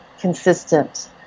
consistent